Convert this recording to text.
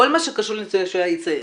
נכון,